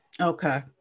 Okay